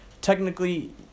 technically